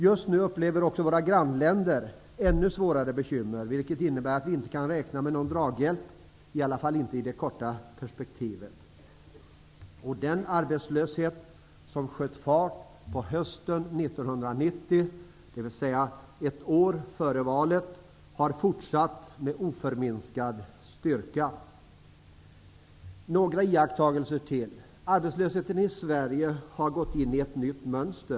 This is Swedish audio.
Just nu upplever också våra grannländer ännu svårare bekymmer, vilket innebär att vi inte kan räkna med någon draghjälp -- åtminstone inte i det kortare perspektivet. Den arbetslöshet som sköt fart på hösten 1990, ett år före valet, har fortsatt att öka med oförminskad styrka. Låt mig göra några ytterligare iakttagelser. Arbetslösheten i Sverige har gått in i ett nytt mönster.